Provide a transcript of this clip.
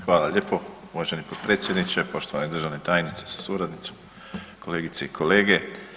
Hvala lijepo uvaženi potpredsjedniče, poštovani državni tajniče sa suradnicom, kolegice i kolege.